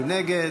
מי נגד?